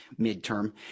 midterm